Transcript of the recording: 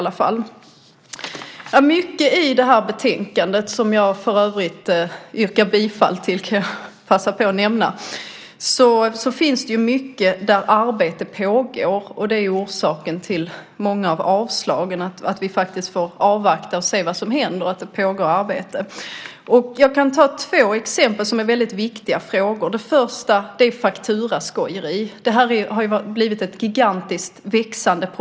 Jag vill passa på att yrka bifall till utskottets förslag i betänkandet. Det pågår redan mycket arbete, vilket är orsaken till de många avstyrkandena i betänkandet. Vi får alltså avvakta och se vad som händer med det arbete som pågår. Jag kan ta två exempel på frågor som är mycket viktiga. Det första gäller fakturaskojeri. Det har blivit ett gigantiskt problem, och det växer.